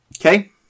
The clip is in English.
Okay